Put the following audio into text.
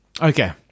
Okay